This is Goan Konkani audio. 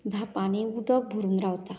धापांनी उदक भरून रावता